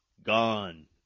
Gone